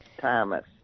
Thomas